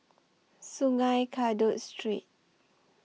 Sungei Kadut Street